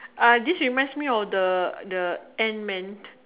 uh this reminds me of the the Ant Man